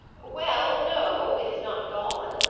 well no it is not gone,